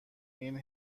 این